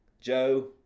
Joe